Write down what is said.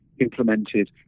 implemented